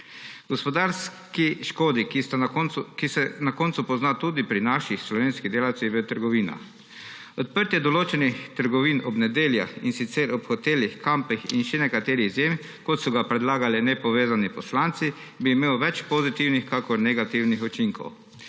gospodarski škodi, ki se na koncu pozna tudi pri naših slovenskih delavcih v trgovinah. Odprtje določenih trgovin ob nedeljah, in sicer ob hotelih, kampih in še nekatere izjeme, kot so ga predlagali nepovezani poslanci, bi imelo več pozitivnih kakor negativnih učinkov.